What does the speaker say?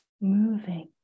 moving